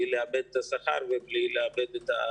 שלנו בלי לאבד את השכר ובלי לאבד את התנאים.